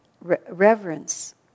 reverence